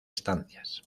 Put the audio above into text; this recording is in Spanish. estancias